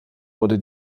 wurde